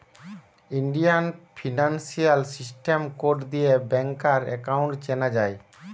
Indian financial system code দিয়ে banker account চেনা যায়